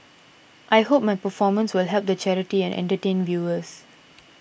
I hope my performance will help the charity and entertain viewers